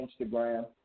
Instagram